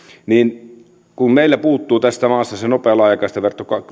kun meiltä puuttuu tästä maasta se nopea laajakaistaverkko